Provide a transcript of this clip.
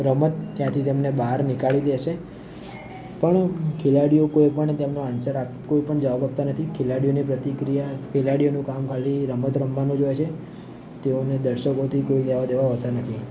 રમત ત્યાંથી તમને બહાર નીકાળી દેશે પણ ખેલાડીઓ કોઈ પણ તેમનો આન્સર આપ કોઈ પણ જવાબ આપતા નથી ખેલાડીઓને પ્રતિક્રિયા ખેલાડીઓનું કામ ખાલી રમત રમવાનું જ હોય છે તેઓને દર્શકોથી કોઈ લેવા દેવા હોતા નથી